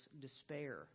despair